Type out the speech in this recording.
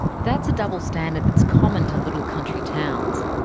that's a double-standard that's common to little country towns.